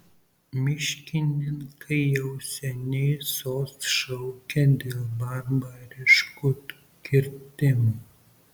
miškininkai jau seniai sos šaukia dėl barbariškų kirtimų